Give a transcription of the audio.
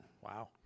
Wow